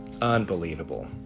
unbelievable